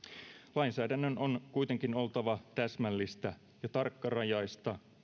lainsäädännön on kuitenkin oltava täsmällistä ja tarkkarajaista